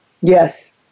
Yes